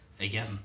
again